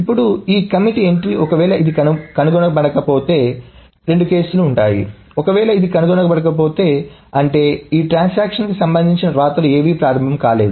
ఇప్పుడు ఈ commit T entry ఒకవేళ ఇది కనుగొనబడకపోతే కనుక రెండు కేసులు ఉన్నాయి ఒకవేళ ఇది కనుగొనబడకపోతే అంటే ఈ ట్రాన్సాక్షన్ కి సంబంధించిన వ్రాతలు ఏవీ ప్రారంభం కాలేదు